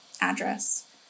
address